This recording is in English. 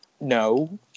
no